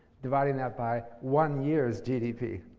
dividing that by one year's gdp.